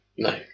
No